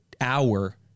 hour